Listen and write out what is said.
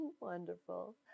Wonderful